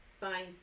fine